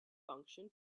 function